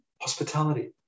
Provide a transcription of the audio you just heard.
Hospitality